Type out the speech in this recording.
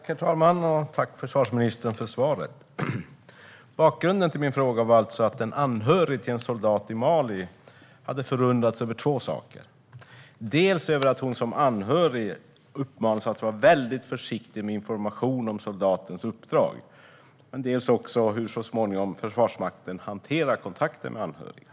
Herr talman! Tack, försvarsministern, för svaret! Bakgrunden till min fråga var alltså att en anhörig till en soldat i Mali hade förundrats över två saker. Det gällde dels att hon som anhörig uppmanats att vara väldigt försiktig med information om soldatens uppdrag, dels hur Försvarsmakten så småningom hanterar kontakter med anhöriga.